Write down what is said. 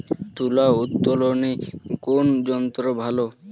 তুলা উত্তোলনে কোন যন্ত্র ভালো?